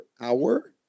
hour